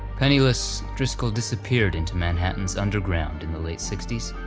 penniless driscoll disappeared into manhattan's underground in the late sixty s.